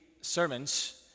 sermons